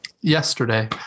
yesterday